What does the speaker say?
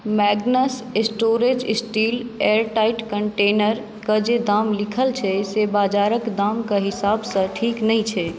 Magnus storage steel airtight कंटेनरक जे दाम लिखल छै से बाजारक दामक हिसाब सँ ठीक नहि छै